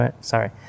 sorry